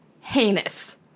heinous